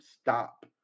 stop